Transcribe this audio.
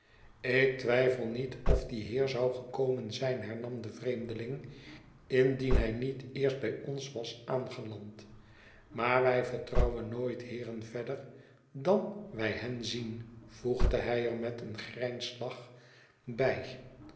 ik twijfel niet of die heer zou gekomen zijn hernam de vreemdeling indien hij niet eerst bij ons was aangeland maar wij vertrouwen nooit heeren verder dan wij hen zien voegde hij er met een grijnslach bij